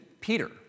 Peter